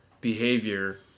behavior